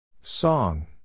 Song